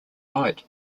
night